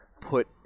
put